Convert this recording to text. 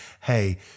hey